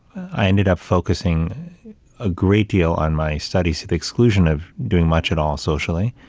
i ended up focusing a great deal on my studies to the exclusion of doing much at all socially.